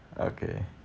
okay